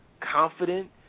confident